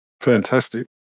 Fantastic